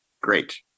Great